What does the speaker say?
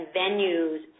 venues